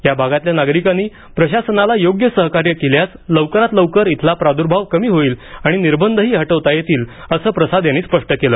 या भागातल्या नागरिकांनी प्रशासनाला योग्य सहकार्य केल्यास लवकरात लवकर इथला प्रादुर्भाव कमी होईल आणि निर्बंधही हटवता येतील असं प्रसाद यांनी स्पष्ट केलं